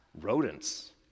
rodents